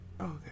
okay